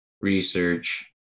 research